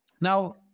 Now